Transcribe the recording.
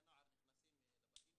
לא בכל המקרים,